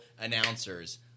announcers